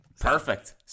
Perfect